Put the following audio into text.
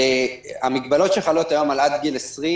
לחבר הכנסת שחאדה,